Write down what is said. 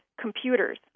computers